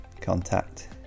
contact